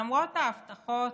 למרות ההבטחות,